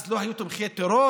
אז לא היו תומכי טרור?